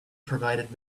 provided